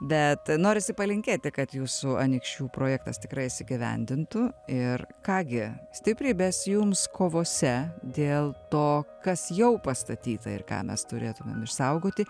bet norisi palinkėti kad jūsų anykščių projektas tikrai įsigyvendintų ir ką gi stiprybės jums kovose dėl to kas jau pastatyta ir ką mes turėtumėm išsaugoti